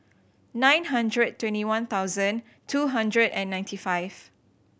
nine hundred twenty one thousand two hundred and ninety five